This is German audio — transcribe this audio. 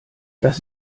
das